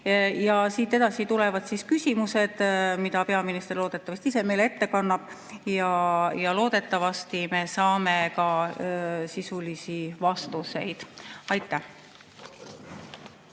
osa. Siit edasi tulevad küsimused, mida peaminister loodetavasti ise meile ette kannab, ja loodetavasti me saame ka sisulisi vastuseid. Aitäh!